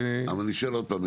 אבל אני שואל עוד פעם,